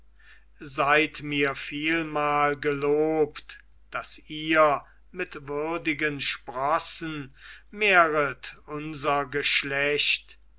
seid mir vielmal gelobt daß ihr mit würdigen sprossen mehret unser geschlecht